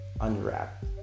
unwrapped